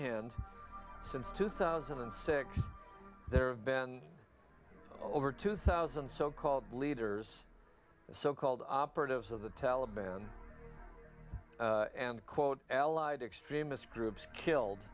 hand since two thousand and six there have been over two thousand so called leaders so called operatives of the taliban and quote allied extremist groups killed